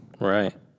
Right